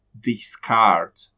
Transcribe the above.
discard